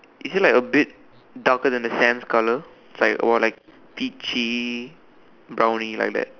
is it like a bit darker than the sand color or is it like peachy brown color like that